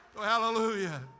hallelujah